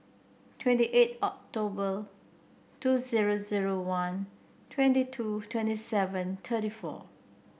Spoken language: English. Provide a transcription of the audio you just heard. twenty eight October two zero zero one twenty two twenty seven thirty four